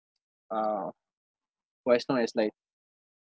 uh for as long as like